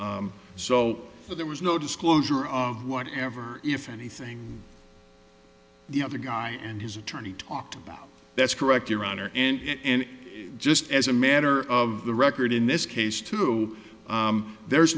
that there was no disclosure of whatever if anything the other guy and his attorney talked about that's correct your honor and just as a matter of the record in this case too there's